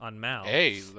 hey